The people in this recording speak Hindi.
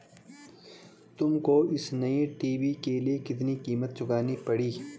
तुमको इस नए टी.वी के लिए कितनी कीमत चुकानी पड़ी?